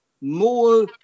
more